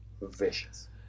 vicious